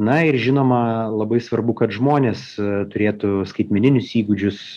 na ir žinoma labai svarbu kad žmonės turėtų skaitmeninius įgūdžius